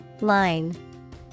Line